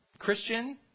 christian